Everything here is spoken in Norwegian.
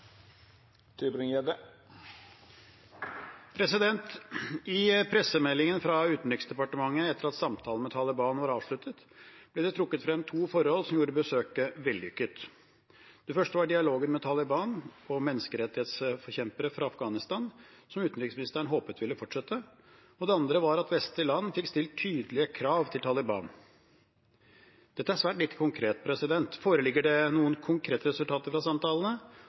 pressemeldingen fra Utenriksdepartementet etter at samtalene med Taliban var avsluttet, ble det trukket frem to forhold som gjorde besøket vellykket. Det første var dialogen mellom Taliban og menneskerettsforkjempere fra Afghanistan som utenriksministeren håpet ville fortsette, og det andre var at vestlige land fikk stilt tydelige krav til Taliban. Dette er svært lite konkret. Foreligger det noen konkrete resultater fra samtalene,